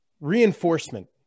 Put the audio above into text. reinforcement